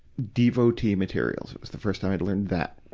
devotee materials it was the first time i learned that